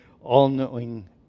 all-knowing